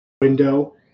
window